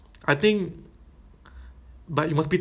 I think some of the